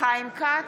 חיים כץ,